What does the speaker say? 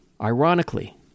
Ironically